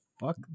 fuck